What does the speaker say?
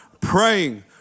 praying